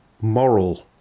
moral